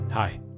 Hi